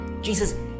Jesus